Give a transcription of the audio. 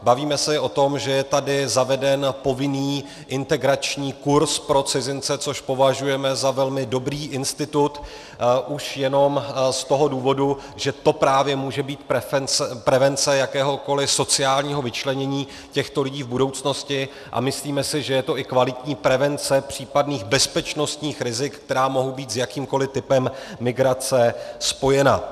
Bavíme se i o tom, že je tady zaveden povinný integrační kurz pro cizince, což považujeme za velmi dobrý institut už jenom z toho důvodu, že to právě může být prevence jakéhokoliv sociálního vyčlenění těchto lidí v budoucnosti, a myslíme si, že to je i kvalitní prevence případných bezpečnostních rizik, která mohou být s jakýmkoliv typem migrace spojena.